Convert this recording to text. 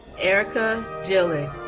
erica jilek.